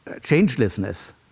changelessness